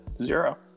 zero